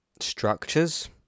structures